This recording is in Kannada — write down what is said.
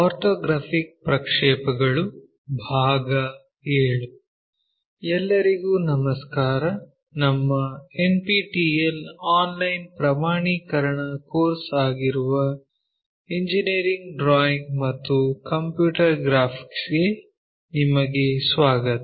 ಆರ್ಥೋಗ್ರಾಫಿಕ್ ಪ್ರಕ್ಷೇಪಗಳು II ಭಾಗ 7 ಎಲ್ಲರಿಗೂ ನಮಸ್ಕಾರ ನಮ್ಮ ಎನ್ಪಿಟಿಇಎಲ್ ಆನ್ಲೈನ್ ಪ್ರಮಾಣೀಕರಣ ಕೋರ್ಸ್ ಆಗಿರುವ ಇಂಜಿನಿಯರಿಂಗ್ ಡ್ರಾಯಿಂಗ್ ಮತ್ತು ಕಂಪ್ಯೂಟರ್ ಗ್ರಾಫಿಕ್ಸ್ ಗೆ ನಿಮಗೆ ಸ್ವಾಗತ